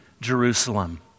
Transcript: Jerusalem